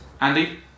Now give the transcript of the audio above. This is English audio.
Andy